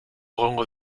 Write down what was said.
egongo